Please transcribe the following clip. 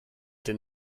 denn